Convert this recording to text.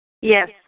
Yes